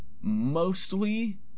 Mostly